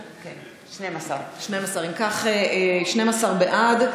אם כך, 12 בעד.